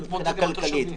בו מבחינה כלכלית,